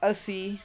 ਅਸੀਂ